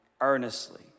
earnestly